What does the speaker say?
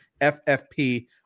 FFP